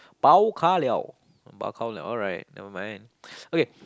bao ka liao bao ka liao alright nevermind